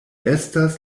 estas